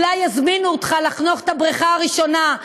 אולי יזמינו אותך לחנוך את הבריכה הראשונה,